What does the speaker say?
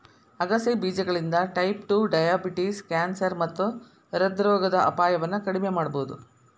ಆಗಸೆ ಬೇಜಗಳಿಂದ type two diabetes, cancer ಮತ್ತ ಹೃದ್ರೋಗದ ಅಪಾಯವನ್ನ ಕಡಿಮಿ ಮಾಡಬೋದು